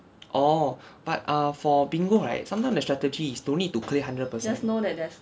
orh but err for bingo right sometime the strategy is don't need to clear hundred percent